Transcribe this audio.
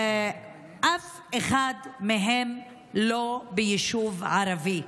אף אחד מהם לא ביישוב ערבי,